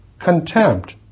contempt